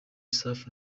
safi